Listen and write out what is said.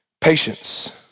patience